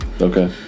Okay